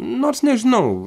nors nežinau